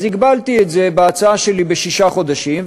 הגבלתי את זה בהצעה שלי בשישה חודשים,